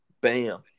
Bam